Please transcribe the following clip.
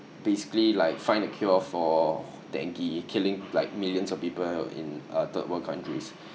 basically like find a cure for dengue killing like millions of people in uh third world countries